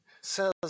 says